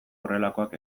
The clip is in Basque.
horrelakoak